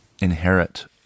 inherit